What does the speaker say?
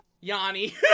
Yanni